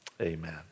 amen